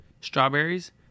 strawberries